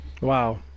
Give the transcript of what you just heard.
Wow